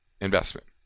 investment